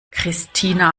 christina